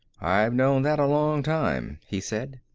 i've known that a long time, he said.